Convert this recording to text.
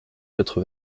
quatre